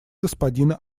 господина